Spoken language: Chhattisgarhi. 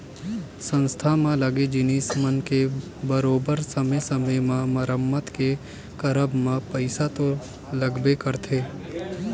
संस्था म लगे जिनिस मन के बरोबर समे समे म मरम्मत के करब म पइसा तो लगबे करथे